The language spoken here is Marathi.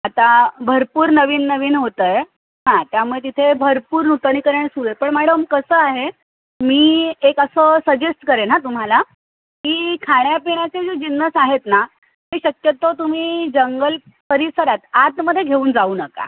आता भरपूर नवीन नवीन होतंय हां त्यामुळे तिथे भरपूर नूतनीकरण सुरु आहेत पण मॅडम कसं आहे मी एक असं सजेस्ट करेन ना तुम्हाला की खाण्यापिण्याचे जे जिन्नस आहेत ना ते शक्यतो तुम्ही जंगल परिसरात आतमध्ये घेऊन जाऊ नका